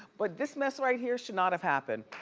but this mess right here should not have happened.